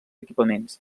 equipaments